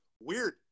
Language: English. weird